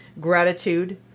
gratitude